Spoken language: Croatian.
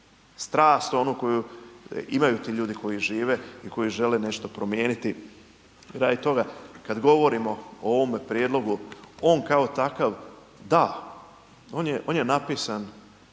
Strast onu koju imaju ti ljudi koji žive i koji žele nešto promijeniti. Radi toga kad govorimo o ovome prijedlogu on kao takav da, on je napisan